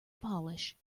polish